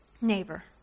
neighbor